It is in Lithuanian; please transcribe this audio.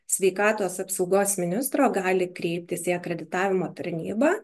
sveikatos apsaugos ministro gali kreiptis į akreditavimo tarnybą